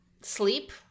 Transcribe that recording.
sleep